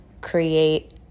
create